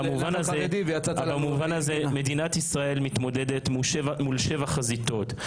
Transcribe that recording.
במובן הזה מדינת ישראל מתמודדת מול שבע חזיתות,